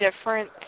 different